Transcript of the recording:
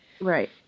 Right